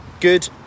Good